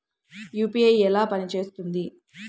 UPI ఎలా పనిచేస్తుంది?